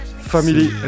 Family